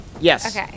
Yes